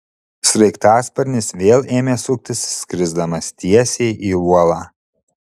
sraigtasparnis vėl ėmė suktis skrisdamas tiesiai į uolą